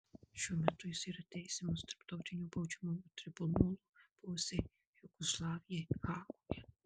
šiuo metu jis yra teisiamas tarptautinio baudžiamojo tribunolo buvusiai jugoslavijai hagoje